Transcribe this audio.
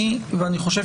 אני רוצה להתייחס